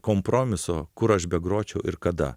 kompromiso kur aš begročiau ir kada